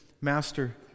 Master